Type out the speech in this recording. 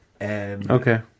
Okay